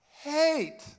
hate